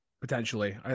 potentially